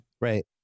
Right